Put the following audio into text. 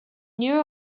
new